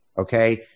okay